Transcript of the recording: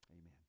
Amen